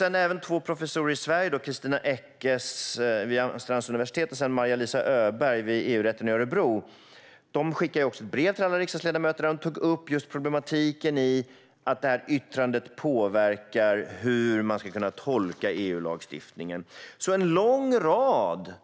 Vi har även två professorer från Sverige - Christina Eckes vid Amsterdams universitet och Marja-Liisa Öberg vid EU-rätten i Örebro - som skickade ett brev till alla riksdagsledamöter där de tog upp problematiken i att yttrandet påverkar hur EU-lagstiftningen kan tolkas. En lång rad